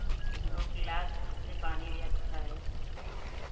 ठीक है और ग्लास जिससे पानी दिया जाता है वही